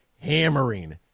hammering